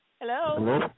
Hello